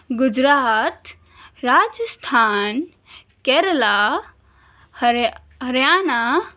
گجرات راجستھان کیرلہ ہر ہریانہ